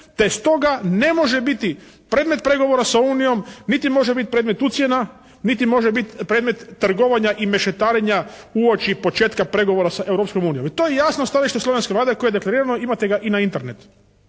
te stoga ne može biti predmet pregovora sa Unijom niti može biti predmet ucjena niti može biti predmet trgovanja i mešetarenja uoči početka pregovora sa Europskom unijom. I to je jasno stajalište slovenske Vlade koje referirano, imate ga i na Internetu.